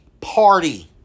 party